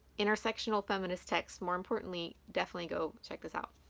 intersectional feminist text more importantly, definitely go check this out.